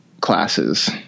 classes